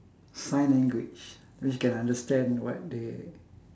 sign language means can understand what they